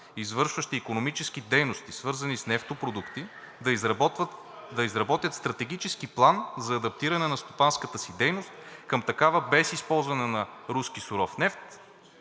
извършващи икономически дейности, свързани с нефтопродукти, да изработят стратегически план за адаптиране на стопанската си дейност към такава, без използване с произход – руски суров нефт,